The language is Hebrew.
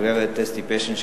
הגברת אסתי פשין,